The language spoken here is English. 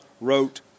wrote